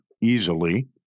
easily